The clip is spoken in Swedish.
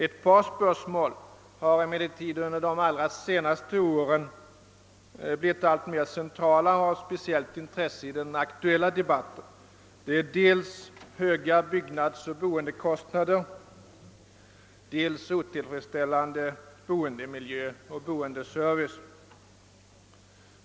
Ett par spörsmål har emellertid under de allra senaste åren blivit alltmer centrala och fått speciellt intresse i den aktuella debatten. Det är dels höga byggnadsoch boendekostnader, dels otillfredsställande boendemiljö och boendeservice.